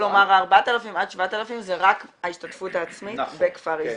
כלומר 4,000 עד 7,000 זה רק ההשתתפות העצמית בכפר איזון.